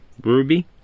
Ruby